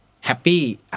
happy